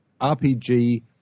RPG